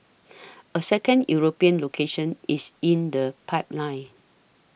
a second European location is in the pipeline